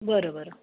बरं बरं